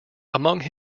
among